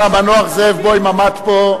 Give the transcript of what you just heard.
תודה רבה, אדוני היושב-ראש.